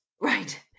Right